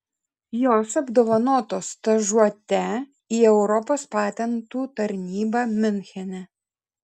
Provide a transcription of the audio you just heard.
jos apdovanotos stažuote į europos patentų tarnybą miunchene